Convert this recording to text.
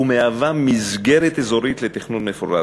המשמשת מסגרת אזורית לתכנון מפורט,